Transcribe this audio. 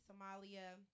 Somalia